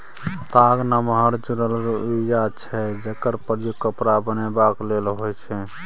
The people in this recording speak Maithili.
ताग नमहर जुरल रुइया छै जकर प्रयोग कपड़ा बनेबाक लेल होइ छै